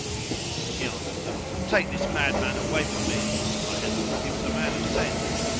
she answered them, take this mad man away from me i had thought he was a man of sense!